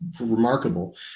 remarkable